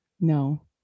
No